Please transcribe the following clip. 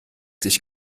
sich